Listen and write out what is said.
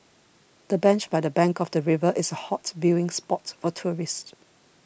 the bench by the bank of the river is a hot viewing spot for tourists